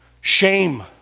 Shame